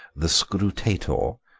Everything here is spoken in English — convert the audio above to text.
the scrutator,